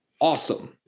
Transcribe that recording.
awesome